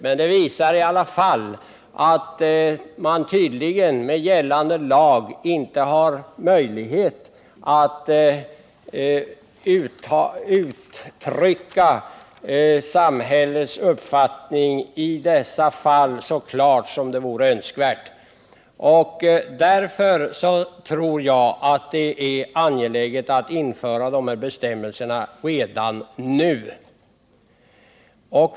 Men det visar att man tydligen med gällande lag inte har möjlighet att så klart som vore önskvärt uttrycka samhällets uppfattning i dessa fall. Därför tror jag att det är angeläget att införa dessa bestämmelser redan nu.